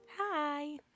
Hi